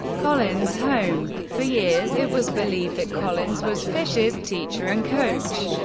collins' home. for years it was believed that collins was fischer's teacher and coach,